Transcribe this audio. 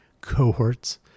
cohorts